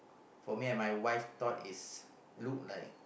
for me and my wife thought is look like